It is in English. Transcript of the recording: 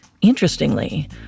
Interestingly